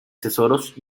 tesoros